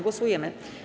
Głosujemy.